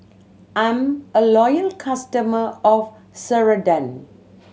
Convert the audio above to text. I'm a loyal customer of Ceradan